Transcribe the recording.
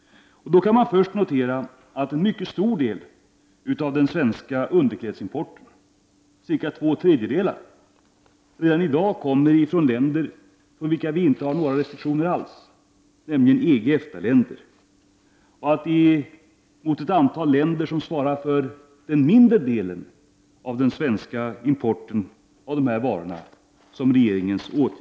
Man kan först notera att en stor del av den svenska importen av underkläder, cirka två tredjedelar, redan i dag kommer från länder gentemot vilka vi inte har några restriktioner alls, nämligen EG och EFTA-länder. Regeringens åtgärder vänder sig mot ett antal länder som svarar för den mindre delen av exporten av dessa varor till Sverige.